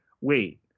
wait